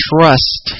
Trust